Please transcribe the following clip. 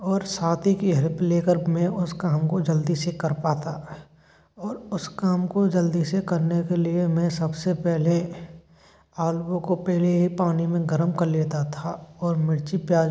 और साथी की हैल्प लेकर मैं उस काम को जल्दी से कर पाता और उस काम को जल्दी से करने के लिए मैं सबसे पहले आलुओं को पहले ही पानी में गर्म कर लेता था और मिर्ची प्याज उन में